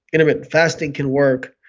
intermittent fasting can work,